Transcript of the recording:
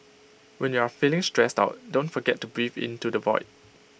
when you are feeling stressed out don't forget to breathe into the void